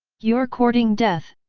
you're courting death!